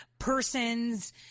Persons